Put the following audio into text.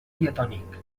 diatònic